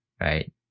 right